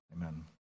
Amen